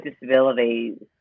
disabilities